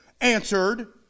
answered